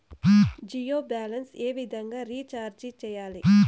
Jio balance ఏ విధంగా recharge సేయాలి?